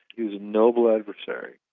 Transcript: he was a noble adversary.